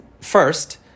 First